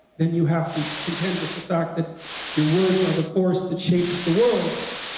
then you have to contend with the fact that your words are the force that shapes the world,